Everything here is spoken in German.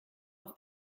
auf